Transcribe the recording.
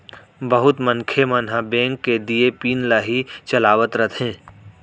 बहुत मनखे मन ह बेंक के दिये पिन ल ही चलावत रथें